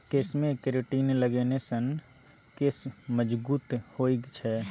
केशमे केरेटिन लगेने सँ केश मजगूत होए छै